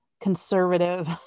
conservative